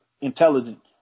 intelligent